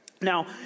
Now